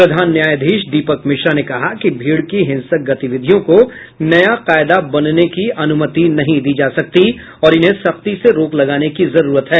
प्रधान न्यायाधीश दीपक मिश्रा ने कहा कि भीड़ की हिंसक गतिविधियों को नया कायदा बनने की अनुमति नहीं दी जा सकती और इन्हें सख्ती से रोक लगाने की जरूरत है